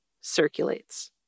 circulates